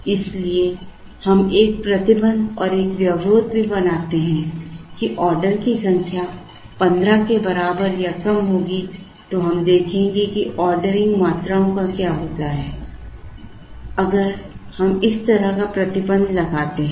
इसलिए हम एक प्रतिबंध और एक व्यवरोध भी बनाते हैं कि ऑर्डर की संख्या 15 के बराबर या कम होगी तो हम देखेंगे कि ऑर्डरिंग मात्राओं का क्या होता है अगर हम इस तरह का प्रतिबंध लगाते हैं